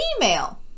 female